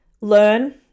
learn